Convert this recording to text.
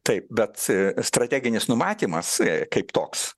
taip bet strateginis numatymas kaip toks